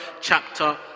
chapter